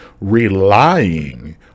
relying